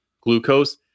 glucose